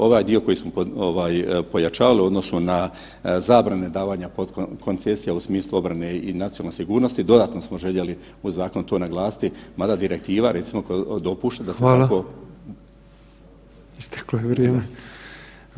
Ovaj dio koji smo ovaj pojačavali u odnosu na zabranu davanja koncesija u smislu obrane i nacionalne sigurnosti dodatno smo željeli u zakonu to naglasiti mada direktiva recimo to dopušta da se tako